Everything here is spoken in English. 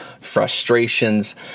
frustrations